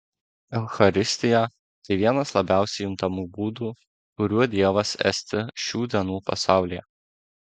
eucharistija tai vienas labiausiai juntamų būdų kuriuo dievas esti šių dienų pasaulyje